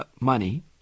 money